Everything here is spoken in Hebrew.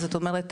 זאת אומרת,